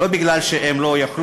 לא מפני שהם לא יכלו,